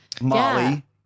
Molly